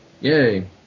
Yay